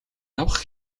явах